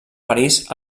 parís